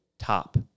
top